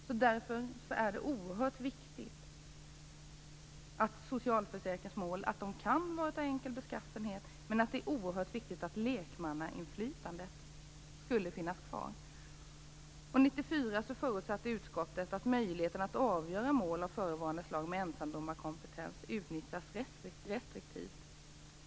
Det är viktigt att komma ihåg att socialförsäkringsmål kan vara av enkel beskaffenhet, men att det ändå är oerhört viktigt att lekmannainflytandet finns kvar. 1994 förutsatte utskottet att möjligheten att avgöra i mål av förevarande slag med ensamdomarkompetens utnyttjas restriktivt.